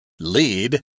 Lead